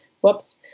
Whoops